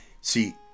See